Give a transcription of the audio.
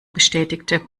bestätigte